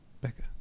Becca